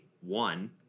one